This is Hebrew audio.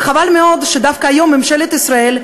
וחבל מאוד שדווקא היום ממשלת ישראל,